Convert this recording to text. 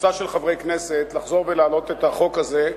קבוצה של חברי כנסת, לחזור ולהעלות את החוק הזה,